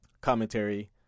Commentary